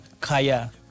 Kaya